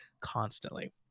constantly